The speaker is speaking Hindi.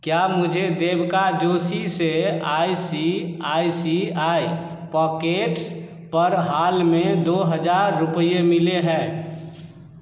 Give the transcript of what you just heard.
क्या मुझे देविका जोशी से I C I C I pockets पर हाल में दो हज़ार रुपये मिले हैं